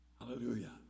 Hallelujah